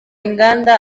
inganda